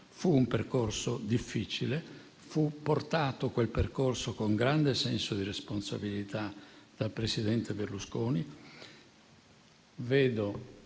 Fu un percorso difficile, affrontato con grande senso di responsabilità dal presidente Berlusconi